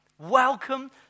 Welcome